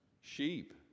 sheep